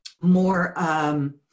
more